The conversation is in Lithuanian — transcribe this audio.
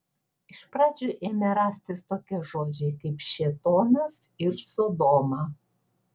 iš pradžių ėmė rastis tokie žodžiai kaip šėtonas ir sodoma